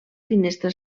finestra